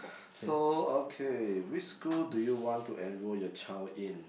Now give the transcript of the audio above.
so okay which school do you want to enroll your child in